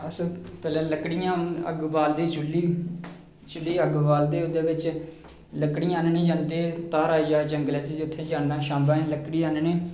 अस पैह्लें अग्ग बालदे चु'ल्ली ते अग्ग बालदे हे ते लकड़ियां लैने गी जंदे हे धारा जाना ते शानदार लकड़ी आह्ननी